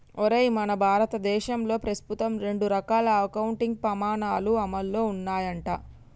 ఒరేయ్ మన భారతదేశంలో ప్రస్తుతం రెండు రకాల అకౌంటింగ్ పమాణాలు అమల్లో ఉన్నాయంట